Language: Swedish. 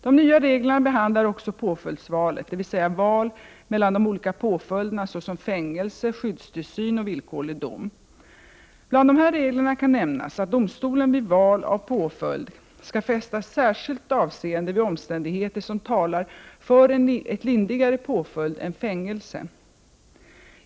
De nya reglerna behandlar också påföljdsvalet, dvs. val mellan de olika påföljderna, såsom fängelse, skyddstillsyn och villkorlig dom. Bland dessa regler kan nämnas att domstolen vid val av påföljd skall fästa särskilt avseende vid omständigheter som talar för en lindrigare påföljd än fängelse.